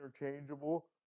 interchangeable